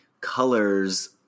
colors